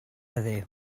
heddiw